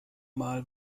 mal